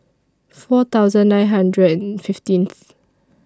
four thousand nine hundred and fifteenth